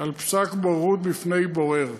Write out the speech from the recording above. על פסק בוררות בפני בורר.